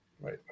Right